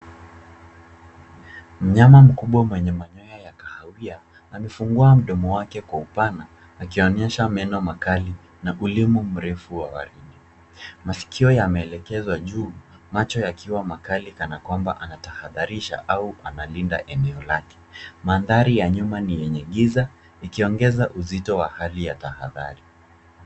Mnyama mkubwa mwenye manyoya ya kahawia amefungua mdomo wake kwa upana akionyesha meno makali na ulimi mrefu wa waridi. Masikio yameelekezwa juu macho yakiwa makali kana kwamba anatahadharisha au analinda eneo lake. Mandhari ya nyuma ni yenye giza ikiongeza uzito wa hali ya tahadhari.